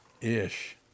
Ish